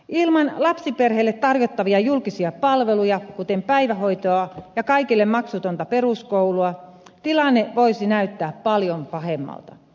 ilman lapsiperheille tarjottavia julkisia palveluja kuten päivähoitoa ja kaikille maksutonta peruskoulua tilanne voisi näyttää paljon pahemmalta